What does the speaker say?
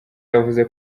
yavuze